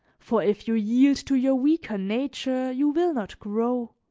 for if you yield to your weaker nature you will not grow,